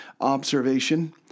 observation